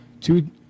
Two